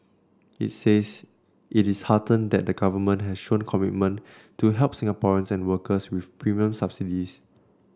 it says it is heartened that the Government has shown commitment to help Singaporeans and workers with premium subsidies